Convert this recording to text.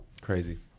Crazy